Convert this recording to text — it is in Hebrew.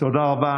תודה רבה.